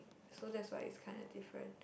so that's why it's kinda different